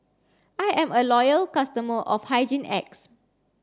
I am a loyal customer of Hygin X